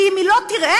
כי אם היא לא תראה,